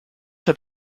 have